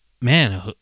Man